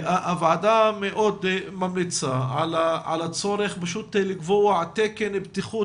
הוועדה מאוד ממליצה על הצורך לקבוע תקן בטיחות